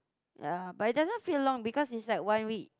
ya but it doesn't feel long because is like when we